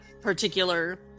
particular